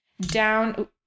down